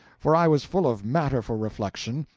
for i was full of matter for reflection,